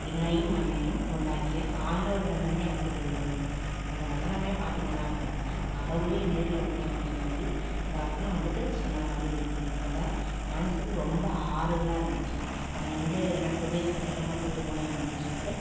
விண்ணையும் மண்ணையும் உண்டாக்கிய ஆண்டவரிடமிருந்து எனக்கு உதவி வரும் அந்த வசனமே பார்த்திங்கனா அப்படினாக்கா கடவுளே நேரில் வந்து எனக்கு இறங்கி இந்த வசனம் வந்துட்டு சொன்ன மாதிரி இருக்குது அதில் மனசுக்கு ரொம்ப ஆறுதலாக இருந்துச்சு நான் எங்கள் எனக்கு உதவி கிடைக்காம போயிடுமோ என்னமோன்னு சொல்லிட்டு